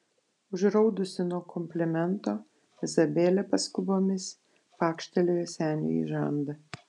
užraudusi nuo komplimento izabelė paskubomis pakštelėjo seniui į žandą